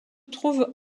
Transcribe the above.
trouve